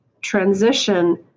transition